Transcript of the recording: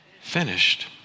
Finished